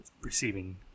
receiving